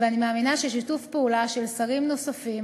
ואני מאמינה ששיתוף פעולה של שרים נוספים